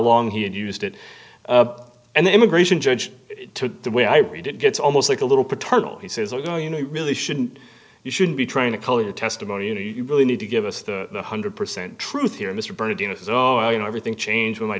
long he had used it and the immigration judge to the way i read it gets almost like a little paternal he says oh you know you really shouldn't you shouldn't be trying to color testimony you know you really need to give us the one hundred percent truth here mr bernadino says oh you know everything changed when my